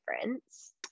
difference